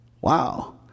wow